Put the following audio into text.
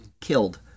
killed